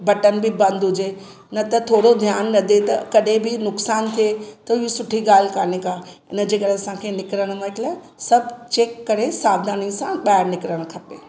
button बि बंदि हूजे न त थोरो ध्यानु न ॾे त कॾहिं बि नुक़सानु थिए त इहा सुठी ॻाल्हि काने का इनजे करे असांखे निकिरणु वक़्तु सभु चेक करे सावधानी सां ॿाहिरि निकिरणु खपे